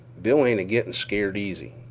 bill ain't a-gittin' scared easy.